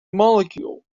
molecule